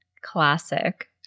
classic